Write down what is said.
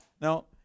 Now